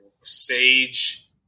sage